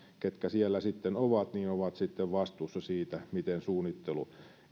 jotka siellä sitten ovat ovat sitten vastuussa siitä miten suunnittelu